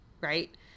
right